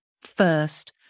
first